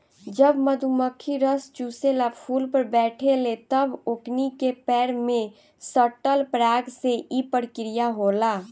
जब मधुमखी रस चुसेला फुल पर बैठे ले तब ओकनी के पैर में सटल पराग से ई प्रक्रिया होला